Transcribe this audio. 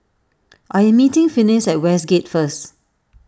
I am meeting Finis at Westgate first